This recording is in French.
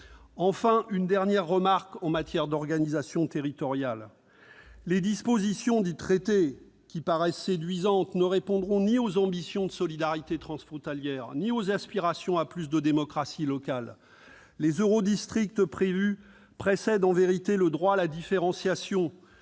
traité. Une dernière remarque sur l'organisation territoriale : les dispositions du traité, qui paraissent séduisantes, ne répondront ni aux ambitions de solidarité transfrontalière ni aux aspirations à plus de démocratie locale. Les eurodistricts prévus précèdent en vérité le droit à la différenciation,